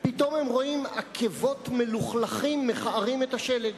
פתאום הם רואים עקבות מלוכלכים מכערים את השלג,